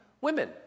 women